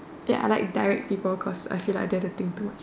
ya I like direct people cause I feel like I don't have to think too much